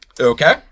Okay